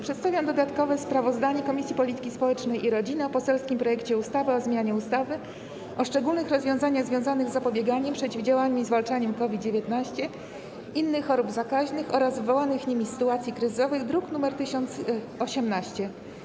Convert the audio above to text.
Przedstawiam dodatkowe sprawozdanie Komisji Polityki Społecznej i Rodziny o poselskim projekcie ustawy o zmianie ustawy o szczególnych rozwiązaniach związanych z zapobieganiem, przeciwdziałaniem i zwalczaniem COVID-19, innych chorób zakaźnych oraz wywołanych nimi sytuacji kryzysowych, druk nr 1018.